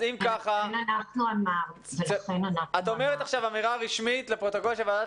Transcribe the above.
האם את אומרת עכשיו אמירה רשמית לפרוטוקול של ועדת